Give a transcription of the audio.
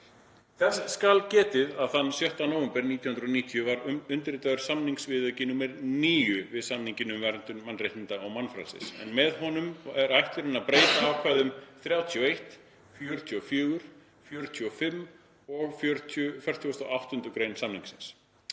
Þess skal getið að þann 6. nóvember 1990 var undirritaður samningsviðauki nr. 9 við samninginn um verndun mannréttinda og mannfrelsis, en með honum er ætlunin að breyta ákvæðum 31., 44., 45. og 48. gr. samningsins.